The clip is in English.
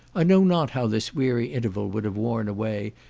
i know not how this weary interval would have worn away,